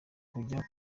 kujya